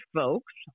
folks